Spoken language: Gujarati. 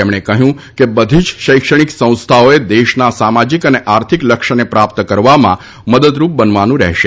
તેમણે કહ્યું કે બધી જ શૈક્ષણિક સંસ્થાઓએ દેશના સામાજીક અને આર્થિક લક્ષ્યને પ્રાપ્ત કરવામાં મદદરૂપ બનવાનું રહેશે